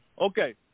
Okay